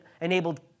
enabled